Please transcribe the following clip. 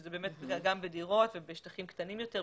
זה גם בדירות ובשטחים קטנים יותר,